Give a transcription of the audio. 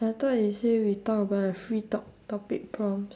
I thought you say we talk about the free talk topic prompts